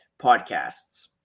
podcasts